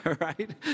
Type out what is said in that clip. Right